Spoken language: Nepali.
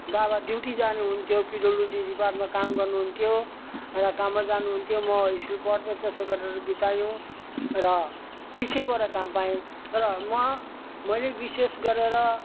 बाबा ड्युटी जानुहुन्थ्यो पिडब्लुडी डिपार्टमा काम गर्नुहुन्थ्यो र काममा जानुहुन्थ्यो म स्कुल पढ्थेँ त्यसो गरेर बितायौँ र पछि गएर काम पाएँ र म मैले विशेष गरेर